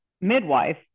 midwife